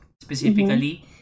specifically